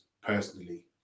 personally